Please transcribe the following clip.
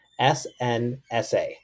snsa